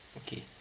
okay